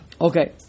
okay